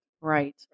Right